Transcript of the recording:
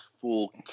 full